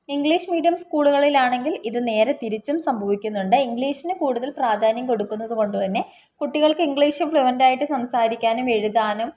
English medium സ്കൂളുകളിലാണെങ്കിൽ ഇത് നേരെ തിരിച്ചും സംഭവിക്കുന്നുണ്ട് ഇംഗ്ലീഷിന് കൂടുതൽ പ്രാധാന്യം കൊടുക്കുന്നത് കൊണ്ട് തന്നെ കുട്ടികൾക്ക് ഇംഗ്ലീഷ് ഫ്ലുവൻറ്റായിട്ട് സംസാരിക്കാനും എഴുതാനും